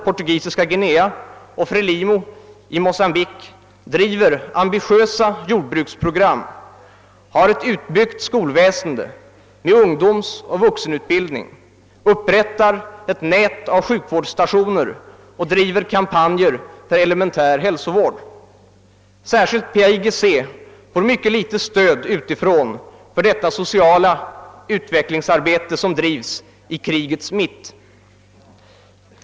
Portugisiska Guinea och Frelimo i Mocambique driver ambitiösa jordbruksprogram, har ett utbyggt :skolväsen med ungdomsoch vuxenutbildning, upprättar ett nät av sjukvårdsstationer och driver kampanjer för elementär hälsovård. Särskilt PAIGC får mycket litet stöd utifrån för detta so <ciala utvecklingsarbete, som bedrivs i krigets mitt.